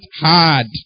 hard